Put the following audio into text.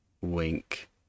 Wink